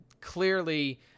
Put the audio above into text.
clearly